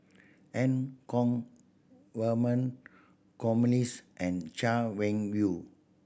Eu Kong Vernon and Chay Weng Yew